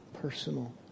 personal